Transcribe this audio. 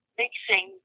mixing